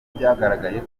byagaragaye